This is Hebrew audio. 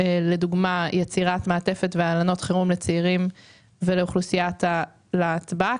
לדוגמה יצירת מעטפת והלנות חירום לצעירים ולאוכלוסיית הלהטב"ק,